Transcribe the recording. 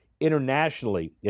internationally